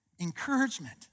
encouragement